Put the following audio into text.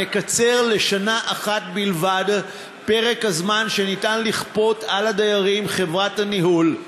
נקצר לשנה אחת בלבד את פרק הזמן שאפשר לכפות על הדיירים חברת ניהול.